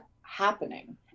happening